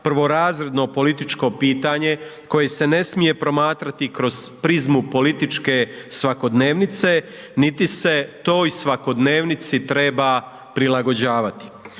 prvorazredno političko pitanje koje se ne smije promatrati kroz prizmu političke svakodnevnice, niti se toj svakodnevnici treba prilagođavati.